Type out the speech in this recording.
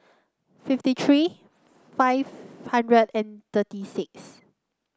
fifty three five hundred and thirty six